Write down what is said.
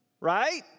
right